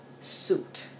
suit